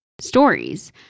stories